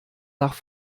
nach